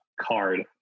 card